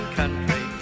country